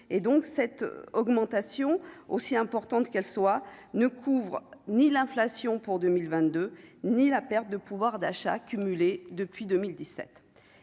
cette augmentation aussi importante qu'elle soit ne couvre ni l'inflation pour 2022, ni la perte de pouvoir d'achat accumulées depuis 2017